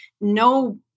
No